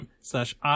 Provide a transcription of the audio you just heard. slash